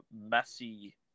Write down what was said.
messy